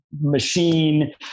machine